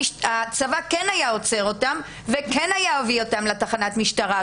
הצבא כן היה עוצר אותם וכן היה מביא אותם לתחנת המשטרה,